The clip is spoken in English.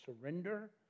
surrender